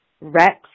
Rex